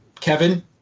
Kevin